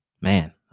Man